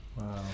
Wow